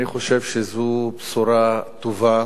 אני חושב שזו בשורה טובה